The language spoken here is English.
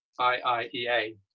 IIEA